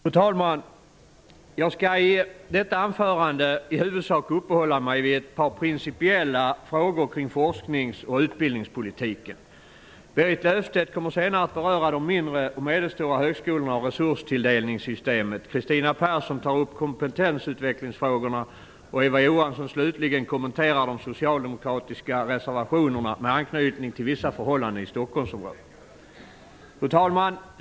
Fru talman! Jag skall i detta anförande i huvudsak uppehålla mig vid ett par principiella frågor kring forsknings och utbildningspolitiken. Berit Löfstedt kommer senare att beröra de mindre och medelstora högskolorna och resurstilldelningssystemet. Kristina Persson tar upp kompetensutvecklingsfrågorna, och Eva Johansson, slutligen, kommenterar de socialdemokratiska reservationerna med anknytning till vissa förhållanden i Fru talman!